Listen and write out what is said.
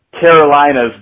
Carolina's